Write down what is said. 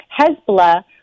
Hezbollah